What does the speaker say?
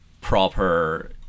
proper